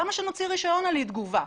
למה שנוציא רישיון על אי תגובה?